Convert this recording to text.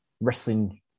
wrestling